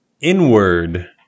inward